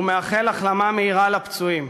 ומאחל החלמה לפצועים.